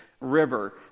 river